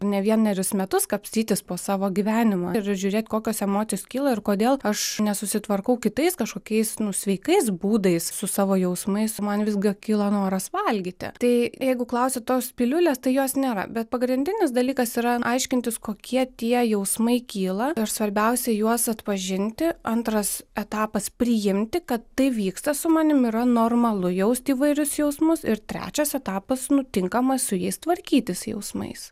ne vienerius metus kapstytis po savo gyvenimą ir žiūrėk kokios emocijos kyla ir kodėl aš nesusitvarkau kitais kažkokiais nu sveikais būdais su savo jausmais man visgi kilo noras valgyti tai jeigu klausi tos piliulės tai jos nėra bet pagrindinis dalykas yra aiškintis kokie tie jausmai kyla ir svarbiausia juos atpažinti antras etapas priimti kad tai vyksta su manim yra normalu jaust įvairius jausmus ir trečias etapas nu tinkama su jais tvarkytis jausmais